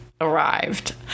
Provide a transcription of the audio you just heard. arrived